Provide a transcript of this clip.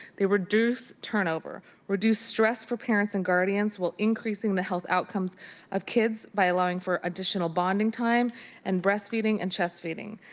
the reduce turnover and reduce stress for parents and guardians while increasing the health outcomes of kids by allowing for additional bonding time and breast-feeding and chest feeding.